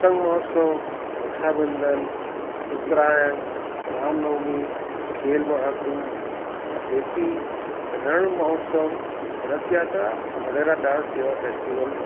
પતંગ મહોત્સવ રક્ષાબંધન ઉત્તરાયણ રામનવમી ખેલ મહાકુંભ પતેતી રણ મહોત્સવ રથયાત્રા મોઢેરા ડાન્સ જેવા ફેસ્ટિવલ